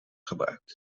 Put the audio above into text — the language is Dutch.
gebruikt